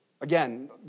Again